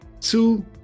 two